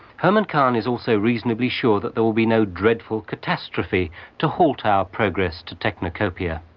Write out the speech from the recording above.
herman kahn is also reasonably sure that there will be no dreadful catastrophe to halt our progress to technocopia.